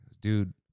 Dude